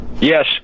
Yes